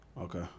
Okay